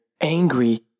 angry